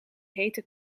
hete